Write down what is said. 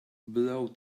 blow